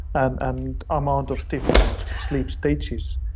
and and amount of different sleep stages,